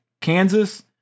Kansas